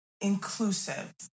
inclusive